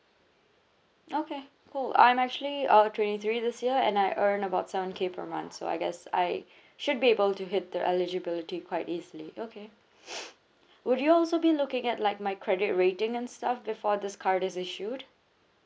okay cool I'm actually uh twenty three this year and I earn about seven K per month so I guess I should be able to hit the eligibility quite easily okay would you also be looking at like my credit rating and stuff before this card is issued